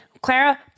Clara